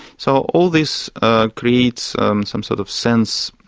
so all this creates some sort of sense